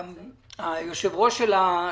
השירות?